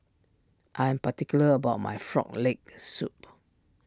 I am particular about my Frog Leg Soup